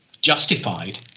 justified